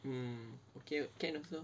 um okay can also